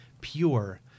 pure